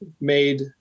made